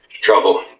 trouble